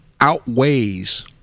outweighs